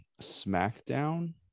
Smackdown